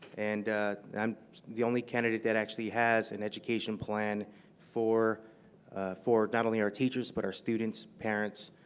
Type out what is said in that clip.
and i am the only candidate that actually has an education plan for for not only our teachers, but our students, parents,